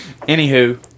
Anywho